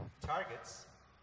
targets